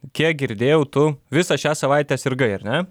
kiek girdėjau tu visą šią savaitę sirgai ar ne